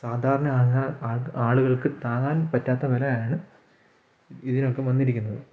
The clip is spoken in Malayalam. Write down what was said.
സാധാരണ അങ് അ ആളുകൾക്ക് താങ്ങാൻ പറ്റാത്ത വിലയാണ് ഇതിനൊക്കെ വന്നിരിക്കുന്നത്